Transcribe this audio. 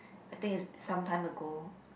I think it's some time ago